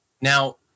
Now